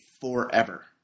forever